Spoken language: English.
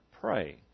pray